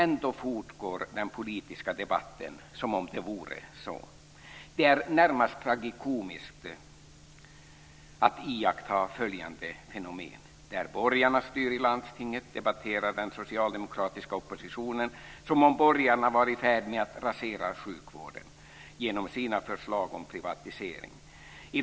Ändå fortgår den politiska debatten som om det vore så. Det är närmast tragikomiskt att iaktta följande fenomen. Där borgarna styr i landstinget debatterar den socialdemokratiska oppositionen som om borgarna var i färd med att rasera sjukvården genom sina förslag om privatisering.